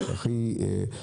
עם פגיעה הכי פחותה,